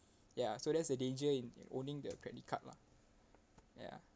ya so that's a danger in owning the credit card lah ya